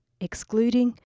excluding